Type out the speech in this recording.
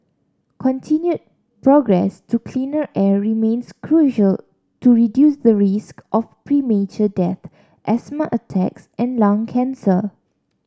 continued progress to cleaner air remains crucial to reduce the risk of premature death asthma attacks and lung cancer